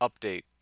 update